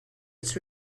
its